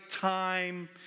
time